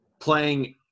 playing